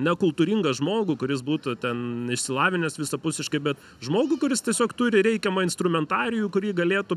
ne kultūringą žmogų kuris būtų ten išsilavinęs visapusiškai bet žmogų kuris tiesiog turi reikiamą instrumentarijų kurį galėtų